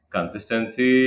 Consistency